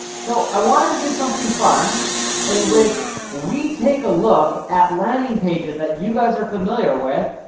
so, i wanted to do something fun in which we take a look at landing pages that you guys are familiar with,